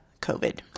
COVID